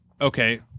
okay